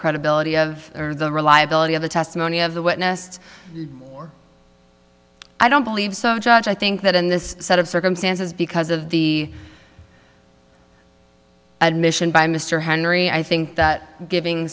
credibility of or the reliability of the testimony of the witnessed or i don't believe so john i think that in this set of circumstances because of the admission by mr henry i think that giving